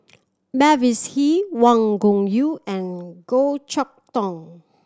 Mavis Hee Wang Gungwu and Goh Chok Tong